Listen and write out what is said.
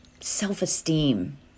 self-esteem